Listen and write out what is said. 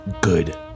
good